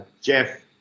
Jeff